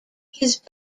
his